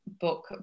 book